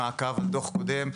מעקב על דוח קודם,